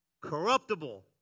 Corruptible